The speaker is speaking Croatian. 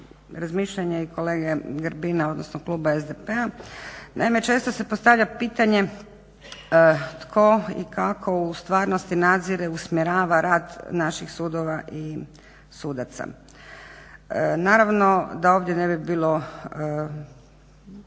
razmišljanje i kolege Grbina, odnosno kluba SDP-a, naime često se postavlja pitanje tko i kako u stvarnosti nadzire, usmjerava rad naših sudova i sudaca. Naravno da ovdje ne bi bilo